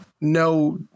no